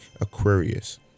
Aquarius